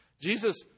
Jesus